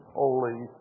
holy